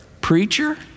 preacher